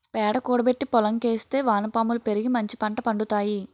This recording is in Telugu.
పేడ కూడబెట్టి పోలంకి ఏస్తే వానపాములు పెరిగి మంచిపంట పండుతాయి